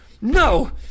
No